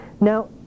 Now